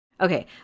Okay